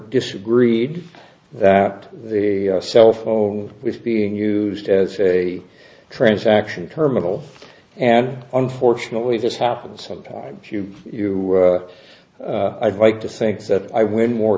disagreed that the cell phone was being used as a transaction terminal and unfortunately this happens sometimes you i'd like to think that i win more